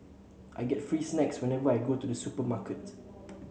I get free snacks whenever I go to the supermarket